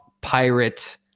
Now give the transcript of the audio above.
pirate